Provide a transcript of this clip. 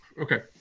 Okay